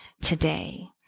today